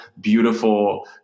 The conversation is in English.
beautiful